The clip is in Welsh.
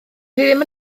ddim